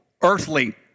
earthly